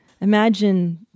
imagine